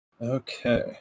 Okay